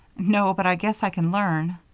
no, but i guess i can learn.